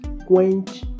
quench